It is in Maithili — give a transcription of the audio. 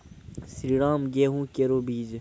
श्रीराम गेहूँ केरो बीज?